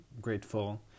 grateful